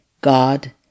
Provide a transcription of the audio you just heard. God